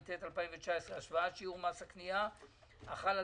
התשע"ט-2019 (השוואה שיעור מס הקנייה החל על